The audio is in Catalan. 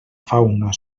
fauna